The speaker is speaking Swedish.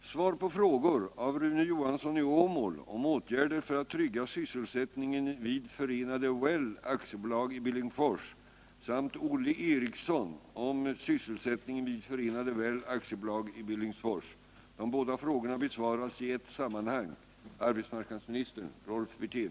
De senaste åren har arbetsmarknadssituationen i norra Dalsland varit mycket bekymmersam. Industrisysselsättningen har minskat kraftigt, då företag och bruk lagts ned, anställningsstopp har rått vid större industrier och olika industriinvesteringar har skjutits på framtiden. Vidare har det rått stor ovisshet när det gäller sysselsättningen för alla anställda vid det statliga Förenade Well AB i Billingsfors. Är statsrådet beredd att redovisa sin syn på hur och när den framtida sysselsättningen vid Förenade Well AB i Billingsfors skall lösas?